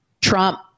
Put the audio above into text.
Trump